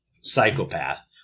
psychopath